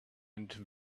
and